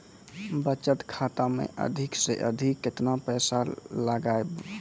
बचत खाता मे अधिक से अधिक केतना पैसा लगाय ब?